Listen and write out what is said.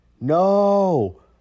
No